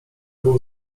był